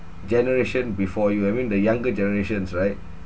generation before you I mean the younger generations right